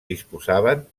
disposaven